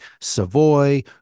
Savoy